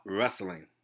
Wrestling